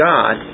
God